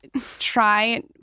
try